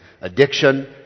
addiction